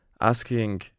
asking